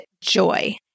Joy